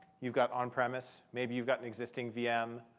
you've got on-premise. maybe you've got an existing vm.